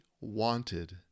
wanted